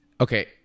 Okay